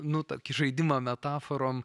nu tokį žaidimą metaforom